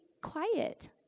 quiet